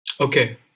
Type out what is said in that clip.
okay